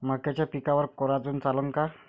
मक्याच्या पिकावर कोराजेन चालन का?